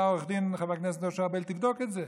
אתה עורך דין, חבר הכנסת משה ארבל, תבדוק את זה.